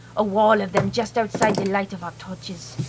a wall of them just outside the light of our torches.